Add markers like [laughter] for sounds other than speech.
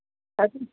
[unintelligible]